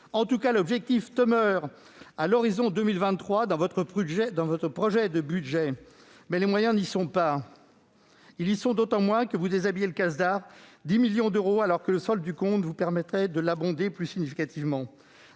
en soit, l'objectif demeure à l'horizon 2023 dans votre projet de budget, mais les moyens n'y sont pas. Ils y sont d'autant moins que vous déshabillez le Casdar de 10 millions d'euros, alors que le solde du compte vous permettrait de l'abonder plus significativement.